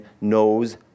knows